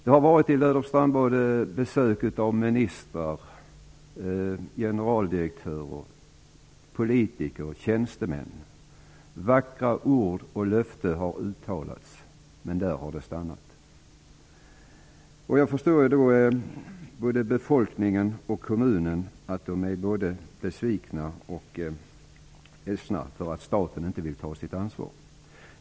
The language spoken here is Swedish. Det har varit besök av ministrar, generaldirektörer, politiker och tjänstemän i Löderups strandbad. Vackra ord och löften har uttalats, men där har det stannat. Jag förstår att befolkningen och kommunen är både besvikna och ledsna för att staten inte vill ta sitt ansvar.